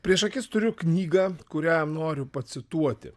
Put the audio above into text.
prieš akis turiu knygą kurią noriu pacituoti